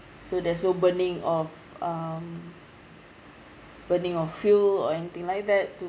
so there's no burning of um burning of fuel or anything like that to